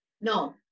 No